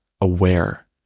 aware